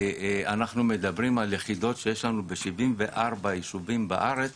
אנחנו מדברים על יחידות שיש לנו ב-74 ישובים בארץ